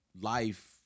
life